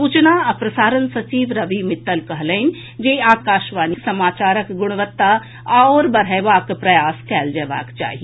सूचना आ प्रसारण सचिव रवि मित्तल कहलनि जे आकाशवाणी समाचारक गुणवत्ता आओर बढ़यबाक प्रयास कयल जयबाक चाही